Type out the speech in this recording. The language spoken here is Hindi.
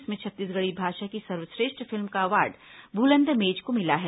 इसमें छत्तीसगढ़ी भाषा की सर्वश्रेष्ठ फिल्म का अवॉर्ड भूलन द मेज को मिला है